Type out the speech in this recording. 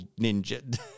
Ninja